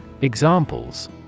Examples